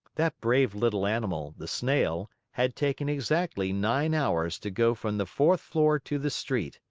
that brave little animal, the snail, had taken exactly nine hours to go from the fourth floor to the street.